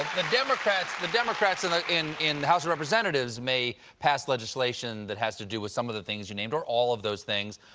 the democrats the democrats in ah in the house of representatives may pass legislation that has to do with some of the things you named or all of those things,